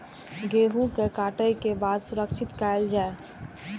गेहूँ के काटे के बाद सुरक्षित कायल जाय?